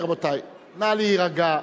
רבותי, נא להירגע.